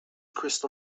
crystal